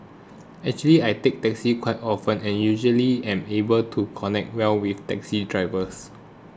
actually I take taxis quite often and usually am able to connect well with taxi drivers